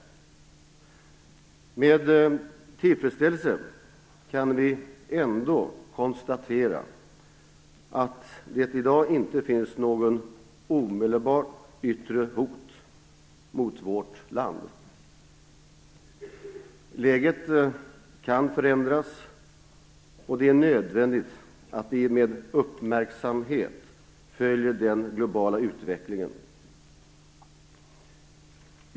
Med tillfredsställelse kan vi ändå konstatera att det i dag inte finns något omedelbart yttre hot mot vårt land. Läget kan förändras och det är nödvändigt att vi med uppmärksamhet följer den globala utvecklingen.